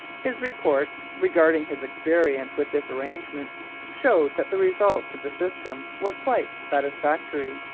his report regarding his experience with this arrangement showed that the results of the system were quite satisfactory.